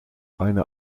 eine